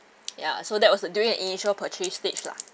ya so that was during the initial purchase stage lah